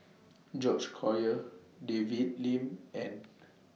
George Collyer David Lim and